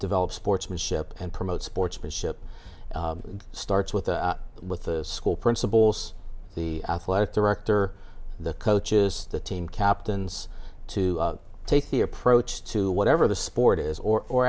develop sportsmanship and promote sportsmanship starts with with the school principals the athletic director the coaches the team captains to take the approach to whatever the sport is or or